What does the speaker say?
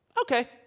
okay